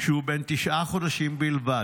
כשהוא בן תשעה חודשים בלבד,